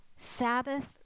Sabbath